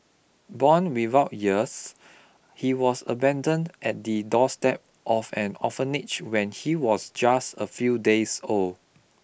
born without ears he was abandoned at the doorstep of an orphanage when he was just a few days old